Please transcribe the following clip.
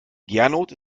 gernot